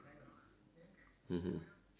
mmhmm